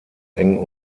eng